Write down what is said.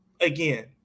again